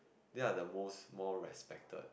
they are the most more respected